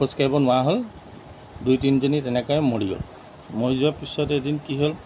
খোজকাঢ়িব নোৱাৰা হ'ল দুই তিনিজনী তেনেকৈ মৰি গ'ল মৰি যোৱাৰ পিছত এদিন কি হ'ল